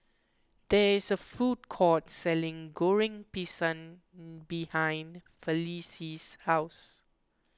there is a food court selling Goreng Pisang behind Felicie's house